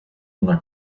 una